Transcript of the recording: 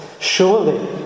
surely